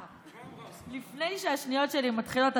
לפני שהשניות שלי מתחילות,